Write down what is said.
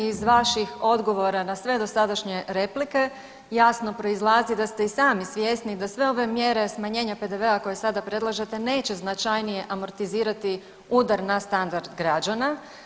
Iz vaših odgovora na sve dosadašnje replike jasno proizlazi da ste i sami svjesni da sve ove mjere smanjenja PDV-a koji sada predlažete neće značajnije amortizirati udar na standard građana.